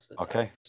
Okay